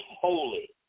holy